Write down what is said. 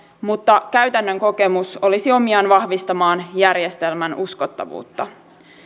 mutta käytännön kokemus olisi omiaan vahvistamaan järjestelmän uskottavuutta